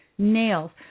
Nails